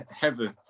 Heather